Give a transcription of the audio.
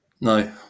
no